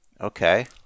Okay